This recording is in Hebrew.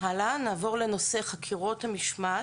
נעבור לנושא חקירות המשמעת.